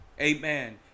Amen